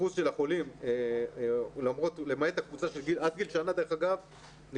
דרך אגב,